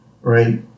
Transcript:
right